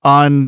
on